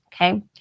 okay